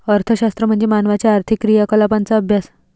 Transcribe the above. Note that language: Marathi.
अर्थशास्त्र म्हणजे मानवाच्या आर्थिक क्रियाकलापांचा अभ्यास